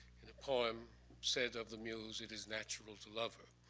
and the poem said of the mules, it is natural to love her.